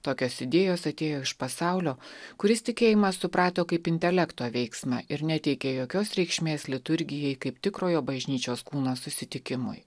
tokios idėjos atėjo iš pasaulio kuris tikėjimą suprato kaip intelekto veiksmą ir neteikė jokios reikšmės liturgijai kaip tikrojo bažnyčios kūno susitikimui